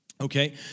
Okay